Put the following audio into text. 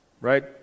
right